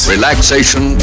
Relaxation